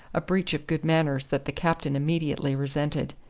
a breach of good manners that the captain immediately resented.